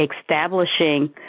establishing